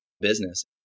business